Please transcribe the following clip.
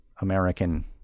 American